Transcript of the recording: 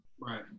right